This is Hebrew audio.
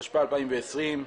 התשפ"א-2020.